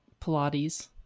Pilates